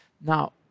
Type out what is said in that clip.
Now